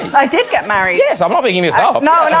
i did get married. yes. i'm but you know so